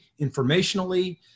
informationally